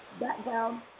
Background